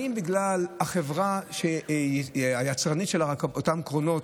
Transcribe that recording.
האם בגלל החברה, היצרנית של אותם קרונות?